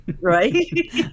right